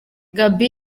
gaby